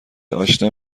آشنا